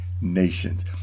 nations